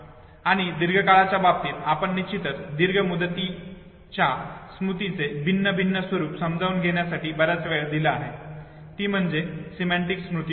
आणि दीर्घकाळाच्या बाबतीत आपण निश्चितच दीर्घ मुदतीच्या स्मृतीचे भिन्न भिन्न स्वरुप समजून घेण्यासाठी बराच वेळ दिला आहे ती म्हणजे सिमेंटीक स्मृती होय